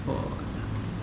破产